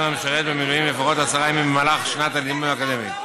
המשרת במילואים לפחות עשרה ימים במהלך שנת הלימודים האקדמית.